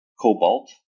cobalt